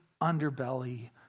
underbelly